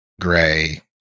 gray